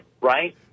right